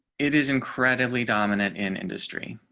it is incredibly dominant in industry,